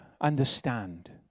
understand